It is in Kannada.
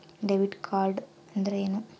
ಡೆಬಿಟ್ ಕಾರ್ಡ್ ಅಂದ್ರೇನು?